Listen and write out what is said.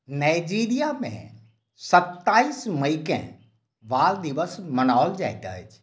नाइजीरियामे सत्ताइस मइकेँ बाल दिवस मनाओल जाइत अछि